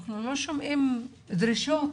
אנחנו לא שומעים דרישות.